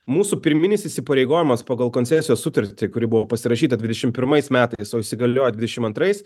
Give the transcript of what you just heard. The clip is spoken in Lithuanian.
mūsų pirminis įsipareigojimas pagal koncesijos sutartį kuri buvo pasirašyta dvidešimt pirmais metais o įsigaliojo dvidešim antrais